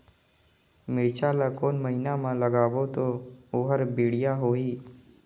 मिरचा ला कोन महीना मा लगाबो ता ओहार बेडिया होही?